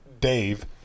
Dave